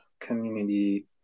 Community